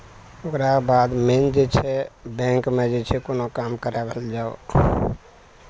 ओकरा बाद मेन जे छै बैंकमे जे छै कोनो काम कराबै लए जाउ